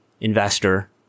investor